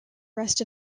rest